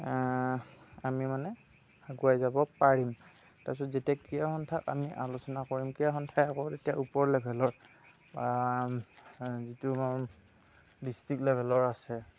আমি মানে আগুৱাই যাব পাৰিম তাৰ পিছত যেতিয়া আমি ক্ৰীড়া সন্থাত আলোচনা কৰিম ক্ৰীড়া সন্থা হ'ব ওপৰ লেভেলৰ যিটো ডিষ্ট্ৰিক্ট লেভেলৰ আছে